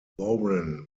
warren